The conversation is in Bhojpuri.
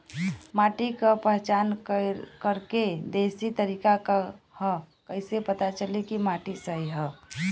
माटी क पहचान करके देशी तरीका का ह कईसे पता चली कि माटी सही ह?